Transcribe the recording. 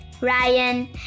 Ryan